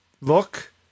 look